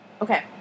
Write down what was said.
Okay